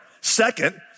Second